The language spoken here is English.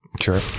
Sure